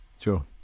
Sure